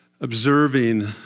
observing